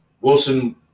Wilson